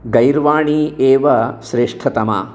गैर्वाणी एव श्रेष्ठतमा